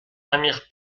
amir